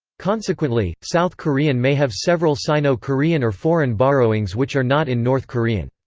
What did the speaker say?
consequently, south korean may have several sino-korean or foreign borrowings which are not in north korean.